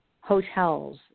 hotels